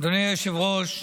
אדוני היושב-ראש,